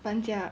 搬家